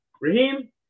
Raheem